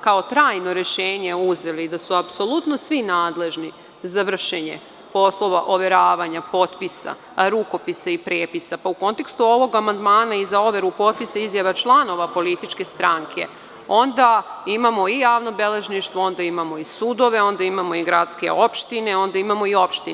kao trajno rešenje uzeli da su apsolutno svi nadležni za vršenje poslova overavanja potpisa, rukopisa i prepisa, pa u kontekstu ovog amandmana i za overu potpisa izjava članova političke stranke, onda imamo i javno beležništvo, onda imamo i sudove, onda imamo i gradske opštine, onda imamo i opštine.